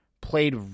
played